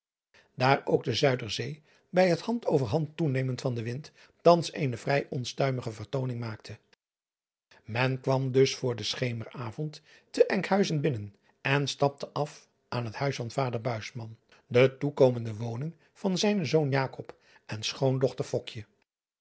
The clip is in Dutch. daar ook de uiderzee bij het hand over hand toenemen van den wind thans eene vrij onstuimige vertooning maakte en kwam dus voor den schemeravond te nkhuizen binnen en stapte af aan het huis van vader de toekomende woning van zijnen zoon en schoondochter